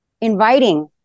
inviting